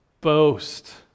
boast